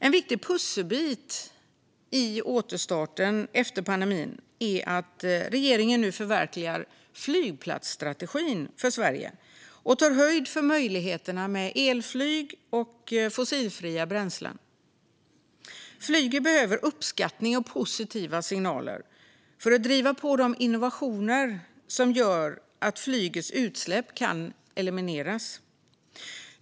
En viktig pusselbit i återstarten efter pandemin är att regeringen nu förverkligar flygplatsstrategin för Sverige och tar höjd för möjligheterna med elflyg och fossilfria bränslen. Flyget behöver uppskattning och positiva signaler för att driva på de innovationer som gör att flygets utsläpp kan elimineras.